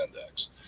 index